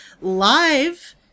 live